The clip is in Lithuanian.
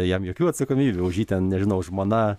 jam jokių atsakomybių už jį ten nežinau žmona